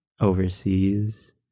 overseas